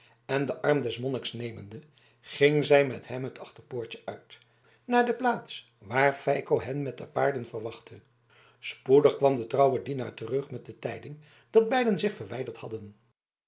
en den arm des monniks nemende ging zij met hem het achterpoortje uit naar de plaats waar feiko hen met de paarden verwachtte spoedig kwam de trouwe dienaar terug met de tijding dat beiden zich verwijderd hadden